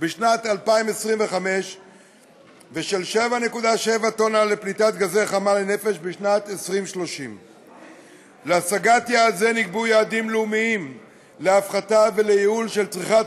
בשנת 2025 ושל 7.7 טונות פליטת גזי חממה לנפש בשנת 2030. להשגת יעד זה נקבעו יעדים לאומיים להפחתה ולייעול של צריכת